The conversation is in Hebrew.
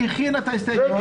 היא הכינה את ההסתייגויות,